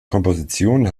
kompositionen